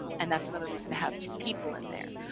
um and that's another reason to have two people in there.